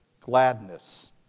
gladness